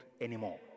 anymore